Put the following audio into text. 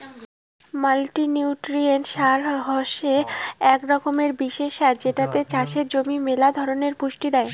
multinutrient সার হসে আক রকমের বিশেষ সার যেটোতে চাষের জমি মেলা ধরণের পুষ্টি দেই